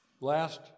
last